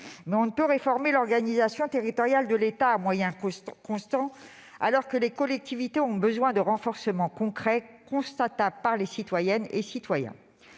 Mais on ne peut réformer l'organisation territoriale de l'État à moyens constants, alors que les collectivités ont besoin de renforcements concrets, constatables par les citoyennes et les citoyens.